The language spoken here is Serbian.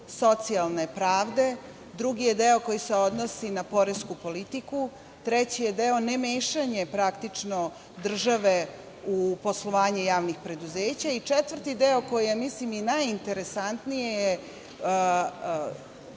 socijalne pravde. Drugi je deo koji se odnosi na poresku politiku. Treći je deo nemešanje, praktično, države u poslovanje javnih preduzeća. Četvrti deo, koji je, ja mislim, i najinteresantniji, je